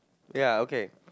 ya okay